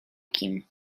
kim